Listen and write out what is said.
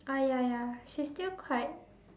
ah ya ya she still cried